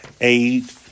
aid